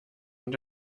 und